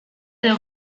edo